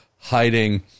hiding